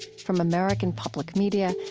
from american public media,